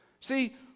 See